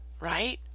right